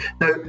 Now